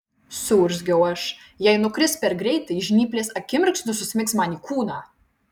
suurzgiau aš jei nukris per greitai žnyplės akimirksniu susmigs man į kūną